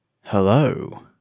Hello